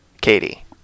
Katie